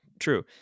true